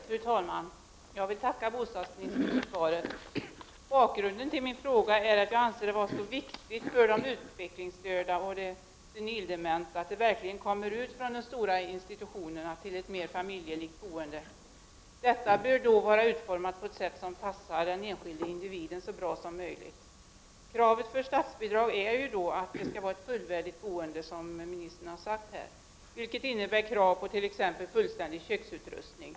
Fru talman! Jag vill tacka bostadsministern för svaret. Bakgrunden till min fråga är att jag anser det vara viktigt för de utvecklingsstörda och de senildementa att de verkligen kommer ut från de stora institutionerna till ett mer familjelikt boende. Detta boende bör då vara utformat på ett sätt som passar den enskilde individen så bra som möjligt. Kravet för att statsbidrag skall utgå är, som ministern sade, att boendet skall vara fullvärdigt. Detta innebär att krav ställs på t.ex. fullständig köksutrustning.